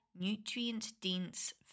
nutrient-dense